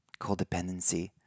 codependency